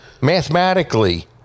Mathematically